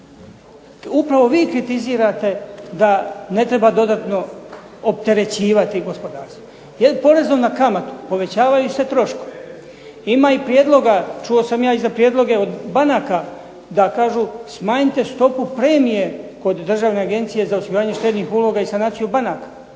Upravo vi kritizirate da ne treba dodatno opterećivati gospodarstvo. Porezom na kamatu povećavaju se troškovi. Čuo sam ja i za prijedloge od banaka da kažu smanjite stopu premije kod Državne agencije za osiguranje štednih uloga i sanaciju banaka.